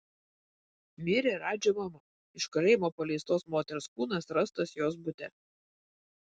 mirė radži mama iš kalėjimo paleistos moters kūnas rastas jos bute